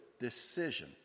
decision